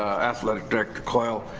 athletic director coyle,